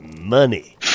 money